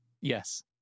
Yes